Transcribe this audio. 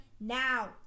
now